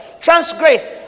transgress